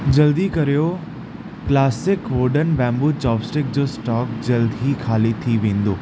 जल्दी करियो classic wooden bamboo chopstick जो स्टॉक जल्द ई खाली थी वेंदो